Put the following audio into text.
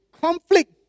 conflict